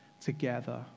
together